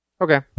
Okay